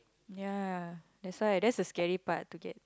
ya that's why that's the scary part to get